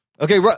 Okay